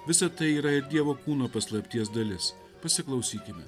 visa tai yra ir dievo kūno paslapties dalis pasiklausykime